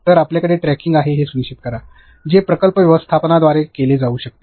तर आपल्याकडे ट्रॅकिंग आहे हे सुनिश्चित करा जे प्रकल्प व्यवस्थापनाद्वारे केले जाऊ शकते